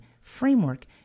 framework